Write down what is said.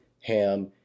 Ham